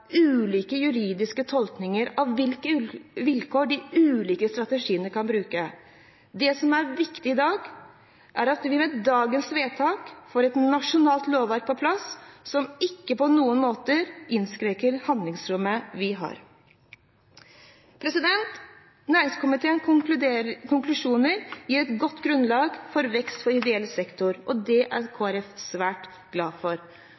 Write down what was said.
ulike juridiske tolkninger av hvilke vilkår de ulike strategiene kan bruke. Det som er viktig i dag, er at vi med dagens vedtak får et nasjonalt lovverk på plass som ikke på noen måte innskrenker handlingsrommet vi har. Næringskomiteens konklusjoner gir et godt grunnlag for vekst for ideell sektor, og det er Kristelig Folkeparti svært glad for.